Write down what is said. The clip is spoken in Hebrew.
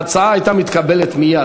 ההצעה הייתה מתקבלת מייד.